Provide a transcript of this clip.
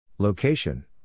Location